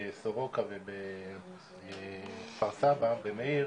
בסורוקה ובמאיר בכפר סבא.